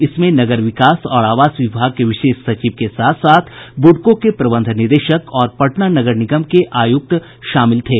इसमें नगर विकास और आवास विभाग के विशेष सचिव के साथ साथ बूडको के प्रबंध निदेशक और पटना नगर निगम के आयुक्त शामिल थे